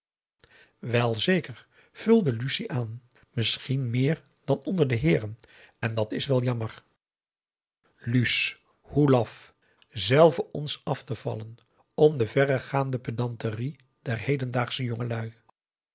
welzeker vulde lucie aan misschien meer dan onder de heeren en dat is wel jammer luus hoe laf zelve ons af te vallen om de verregaande pedanterie der hedendaagsche jongelui